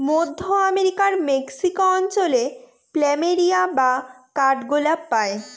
মধ্য আমেরিকার মেক্সিকো অঞ্চলে প্ল্যামেরিয়া বা কাঠগোলাপ পাই